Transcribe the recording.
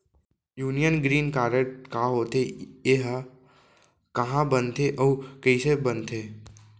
Union green card का होथे, एहा कहाँ बनथे अऊ कइसे बनथे?